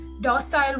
docile